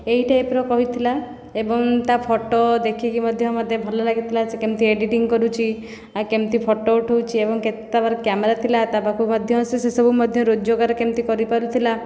ଏହି ଟାଇପ୍ର କହିଥିଲା ଏବଂ ତା ଫଟୋ ଦେଖିକି ମଧ୍ୟ ମୋତେ ଭଲ ଲାଗିଥିଲା ସେ କେମିତି ଏଡ଼ିଟିଙ୍ଗ କରୁଛି ଆଉ କେମିତି ଫଟୋ ଉଠାଉଛି ଏବଂ ତା'ପାଖରେ କ୍ୟାମେରା ଥିଲା ତା ପାଖୁ ମଧ୍ୟ ସେ ସେସବୁ ମଧ୍ୟ ରୋଜଗାର କେମିତି କରିପାରୁଥିଲା